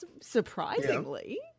surprisingly